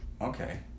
okay